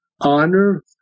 honor